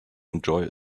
enjoy